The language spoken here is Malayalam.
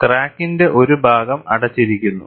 ക്രാക്കിന്റെ ഒരു ഭാഗം അടച്ചിരിക്കുന്നു